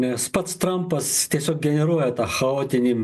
nes pats trampas tiesiog generuoja tą chaotinį